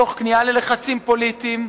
תוך כניעה ללחצים פוליטיים,